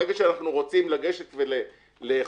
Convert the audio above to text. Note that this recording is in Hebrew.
ברגע שאנחנו רוצים לגשת ולאכוף,